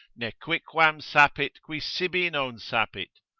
nequicquam sapit qui sibi non sapit,